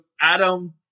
Adam